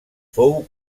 fou